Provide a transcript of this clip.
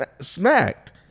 smacked